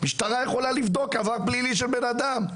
משטרה יכולה לבדוק עבר פלילי של בנאדם.